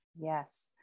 Yes